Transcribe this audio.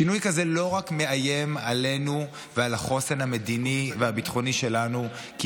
שינוי כזה לא רק מאיים עלינו ועל החוסן המדיני והביטחוני שלנו כי